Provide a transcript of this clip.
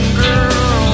girl